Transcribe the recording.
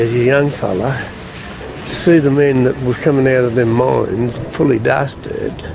young fella, to see the men that were coming out of them mines fully dusted,